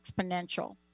exponential